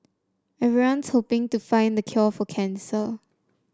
everyone's hoping to find the cure for cancer